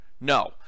No